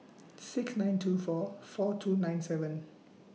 six nine two four four two nine seven